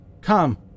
Come